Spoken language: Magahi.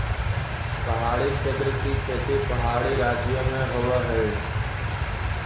पहाड़ी क्षेत्र की खेती पहाड़ी राज्यों में होवअ हई